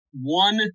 one